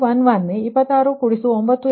2 degree ಇದು 11